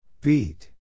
Beat